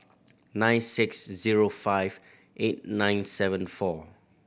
nine six zero five eight nine seven four